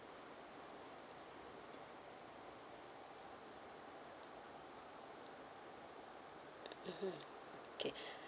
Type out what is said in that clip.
mmhmm okay